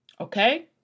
Okay